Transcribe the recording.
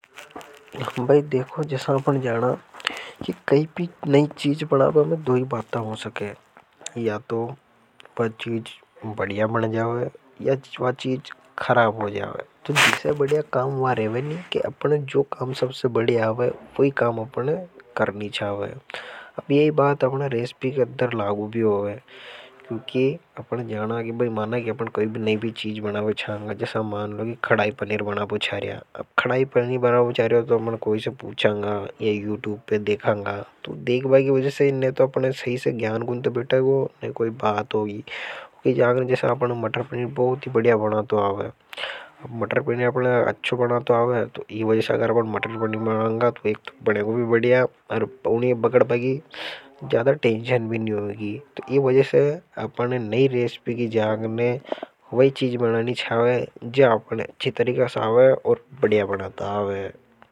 तो देखो अपन जाना कि कई भी नए चीज़ बनाबा दो बातों हो सकते हैं क्योंकि वह चीज कैसे बढ़िया बन जाए। या और यह खराब हो जाए तो उस बढ़िया काम यो रेवे कि हम जो काम सबसे बढ़िया आवे तो जो काम अपन है सबसे बढ़िया आवे वही काम करनी छांवे। अब यह बात अपना रेस्पी के अंदर लागू भी होगा क्योंकि अपन जाना के बाद माना। कि कई नए भी चीज बनावों चाहूंगा जैसा मान लोग खड़ाई पनीर बना पोचारिया खड़ाई पनीर बनावों चाहेगा तो। कोई से पूछाएंगा यहयूट्यूब पर देखाएंगा तो देख बाइक की वजह से ने तो अपने सही से ज्ञान कोई बात होगी। जैसे आपने मटर पणी बहुत ही बढ़िया बनाता है मटर पणी अपने अच्छा बनाता है तो यह वजह से अगर आप मटर पणी। बनांगा तो एक तो बढ़ेगो भी बढ़िया और उन्हें बगड़ पागी ज्यादा टेंशन भी नहीं होगी तो यह वजह से अपने। नई रेस्पी की जागने वही चीज बनानी चाहिए जो आपको ने अच्छी तरीका साव है और बढ़िया बनाता आवे।